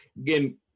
again